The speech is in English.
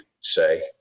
say